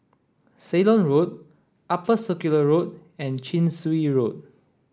Ceylon Road Upper Circular Road and Chin Swee Road